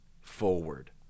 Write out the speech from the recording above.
forward